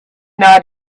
not